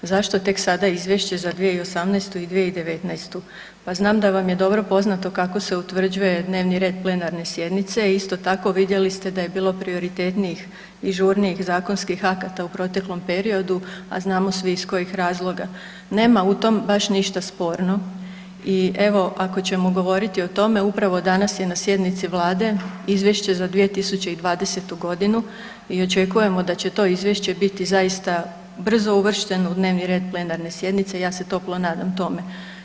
Zašto tek sada izvješće za 2018. i 2019., pa znam da vam je dobro poznato kako se utvrđuje dnevni red plenarne sjednice, isto tako vidjeli ste da je bilo prioritetnijih i žurnijih zakonskih akata u proteklom periodu, a znamo svi iz kojih razloga, nema u tom baš ništa sporno i evo, ako ćemo govoriti o tome, upravo danas je na sjednici Vlade Izvješće za 2020. g. i očekujemo da će to Izvješće biti zaista brzo uvršteno u dnevni red plenarne sjednice, ja se toplo nadam tome.